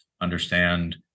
understand